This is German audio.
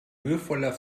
mühevoller